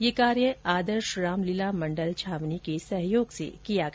यह कार्य आदर्श रामलीला मण्डल छावनी के सहयोग से किया गया